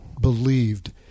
believed